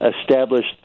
established